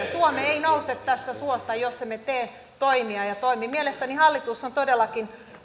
suomi ei nouse tästä suosta jos emme tee toimia ja toimi mielestäni hallitus on todellakin